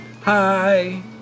Hi